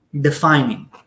defining